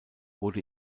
wurde